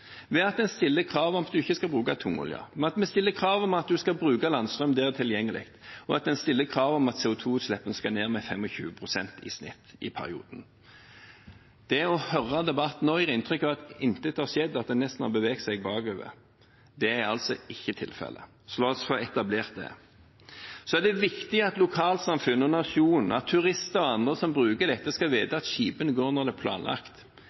ved at vi stiller krav om at en ikke skal bruke tungolje, ved at vi stiller krav om at en skal bruke landstrøm der det er tilgjengelig, og ved at vi stiller krav om at CO 2 -utslippene skal ned med 25 pst. i gjennomsnitt i perioden. Å høre denne debatten nå gir et inntrykk av at intet har skjedd, og at en nesten har beveget seg bakover. Det er ikke tilfellet, så la oss få etablert det. Det er viktig at lokalsamfunn, nasjonen, turister og andre som bruker dette, skal vite at skipene går når det er planlagt.